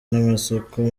n’amasoko